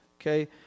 Okay